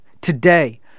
today